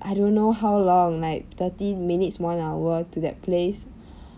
I don't know how long like thirty minutes one hour to that place